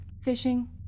Fishing